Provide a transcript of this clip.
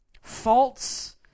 false